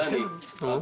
מי נגד,